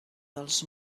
dels